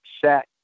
set